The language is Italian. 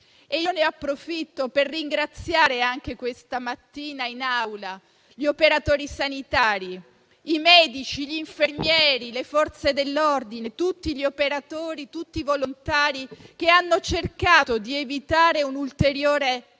Ne approfitto per ringraziare questa mattina in Aula gli operatori sanitari, i medici, gli infermieri, le Forze dell'ordine, tutti gli operatori e tutti i volontari che hanno cercato di evitare un'ulteriore